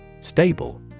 Stable